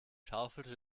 schaufelte